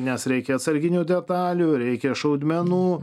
nes reikia atsarginių detalių reikia šaudmenų